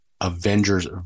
Avengers